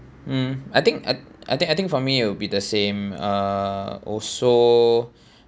mm I think I t~ I think I think for me it'll be the same uh also